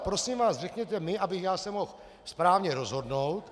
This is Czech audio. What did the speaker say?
Prosím vás, řekněte mi, abych se mohl správně rozhodnout.